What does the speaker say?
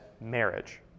marriage